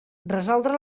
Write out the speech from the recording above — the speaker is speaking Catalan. resoldre